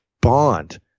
bond